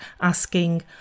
asking